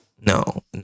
no